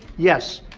yes.